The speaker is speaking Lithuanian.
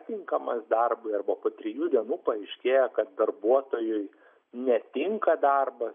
tinkamas darbui arba po trijų dienų paaiškėja kad darbuotojui ne tinka darbas